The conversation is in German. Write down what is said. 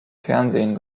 fernsehen